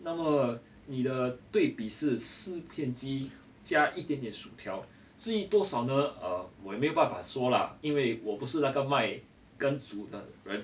那么你的对比是四片鸡加一点点薯条至于多少呢 err 我也没有办法说啦因为我不是那个卖跟数的人